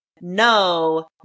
no